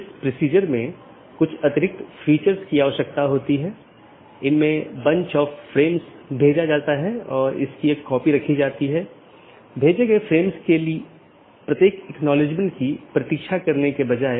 BGP के संबंध में मार्ग रूट और रास्ते पाथ एक रूट गंतव्य के लिए पथ का वर्णन करने वाले विशेषताओं के संग्रह के साथ एक गंतव्य NLRI प्रारूप द्वारा निर्दिष्ट गंतव्य को जोड़ता है